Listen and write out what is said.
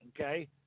Okay